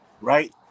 right